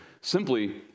simply